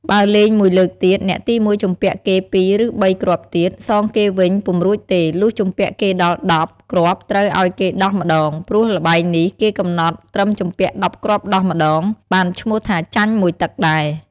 បើលេង ១ លើកទៀត អ្នកទី១ ជំពាក់គេ ២ ឬ ៣ គ្រាប់ទៀត សងគេវិញពុំរួចទេ លុះជំពាក់គេដល់១០ គ្រាប់ត្រូវឲ្យគេដោះម្ដង ព្រោះល្បែងនេះគេកំណត់ត្រឹមជំពាក់ ១០ គ្រាប់ដោះម្តង បានឈ្មោះថាចាញ់ ១ ទឹកដែរ។